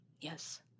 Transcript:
Yes